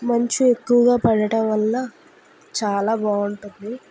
మంచు ఎక్కువగా పడటం వల్ల చాలా బాగుంటుంది